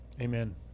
Amen